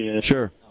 sure